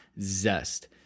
Zest